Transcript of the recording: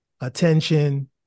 attention